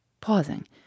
Pausing